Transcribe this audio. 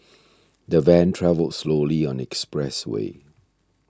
the van travelled slowly on the expressway